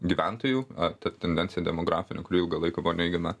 gyventojų ar ta tendencija demografinė kuri ilgą laiką buvo neigiama